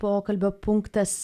pokalbio punktas